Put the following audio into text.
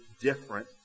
different